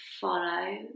follow